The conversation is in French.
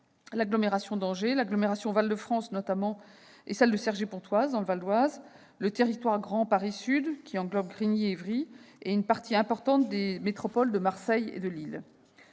l'agglomération d'Angers, l'agglomération Val de France et celle de Cergy-Pontoise, dans le Val-d'Oise, le territoire Grand Paris Sud, qui englobe Grigny et Évry, et une partie importante des métropoles de Marseille et de Lille.